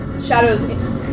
shadow's